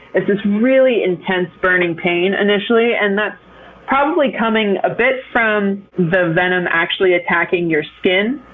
it's this really intense burning pain initially, and that's probably coming a bit from the venom actually attacking your skin.